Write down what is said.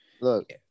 Look